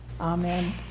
Amen